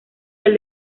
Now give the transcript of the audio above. del